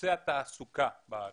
נושא התעסוקה בארץ,